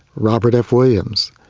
robert f williams,